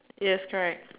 yes correct